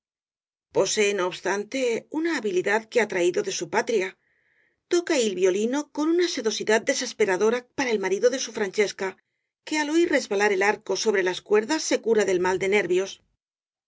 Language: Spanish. posee no obstante una habilidad que ha traído de su patria toca il violino con una sedosidad desesperadora para el marido de su francesco que al oir resbalar el arco sobre las cuerdas se cura del mal de nervios